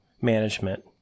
management